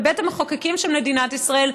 בבית המחוקקים של מדינת ישראל,